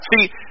See